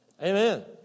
Amen